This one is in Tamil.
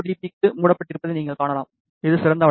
பீக்கு மூடப்பட்டிருப்பதை நீங்கள் காணலாம் இது சிறந்த வழக்கு